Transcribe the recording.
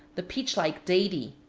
the peach-like date,